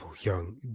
young